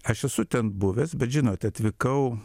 aš esu ten buvęs bet žinot atvykau